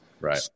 Right